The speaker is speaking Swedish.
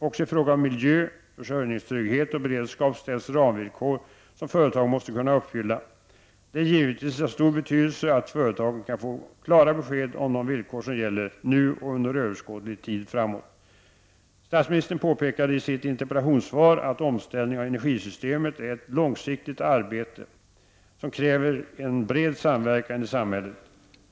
Också i fråga om miljö, försörjningstrygghet och beredskap ställs ramvillkor som företagen måste kunna uppfylla. Det är givetvis av stor betydelse att företagen kan få klara besked om de villkor som gäller, nu och under överskådlig tid framåt. Statsministern påpekade i sitt interpellationssvar att omställningen av energisystemet är ett långsiktigt arbete, som kräver en bred samverkan i samhället.